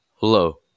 Hello